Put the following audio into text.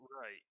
Right